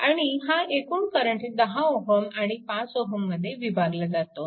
आणि हा एकूण करंट 10 Ω आणि 5Ω मध्ये विभागला जातो